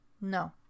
No